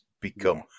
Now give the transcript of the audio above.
become